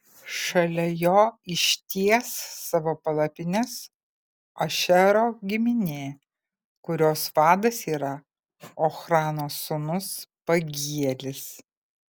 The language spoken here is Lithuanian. šalia jo išties savo palapines ašero giminė kurios vadas yra ochrano sūnus pagielis